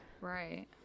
Right